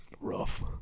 Rough